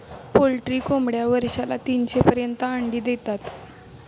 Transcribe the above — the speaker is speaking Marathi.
पोल्ट्री कोंबड्या वर्षाला तीनशे पर्यंत अंडी देतात